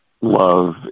love